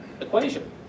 equation